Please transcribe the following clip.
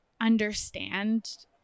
understand